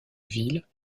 ville